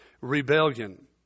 rebellion